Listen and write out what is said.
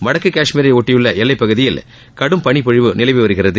வடக்கு கஷ்மீரை ஒட்டிய எல்லைப்பகுதியில் கடும் பனிப்பொழிவு நிலவி வருகிறது